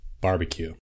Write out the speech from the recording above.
Barbecue